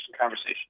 conversation